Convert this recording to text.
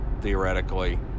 theoretically